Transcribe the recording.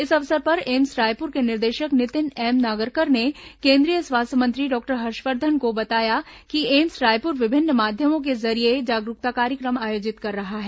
इस अवसर पर एम्स रायपुर के निदेशक नितिन एम नागरकर ने केंद्रीय स्वास्थ्य मंत्री डॉक्टर हर्षवर्धन को बताया कि एम्स रायपुर विभिन्न माध्यमों के जरिये जागरूकता कार्यक्रम आयोजित कर रहा है